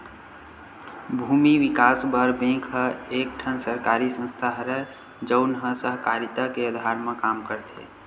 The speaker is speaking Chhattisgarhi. भूमि बिकास बर बेंक ह एक ठन सरकारी संस्था हरय, जउन ह सहकारिता के अधार म काम करथे